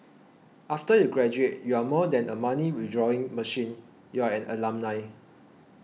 after you graduate you are more than a money withdrawing machine you are an alumni